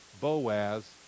Boaz